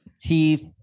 teeth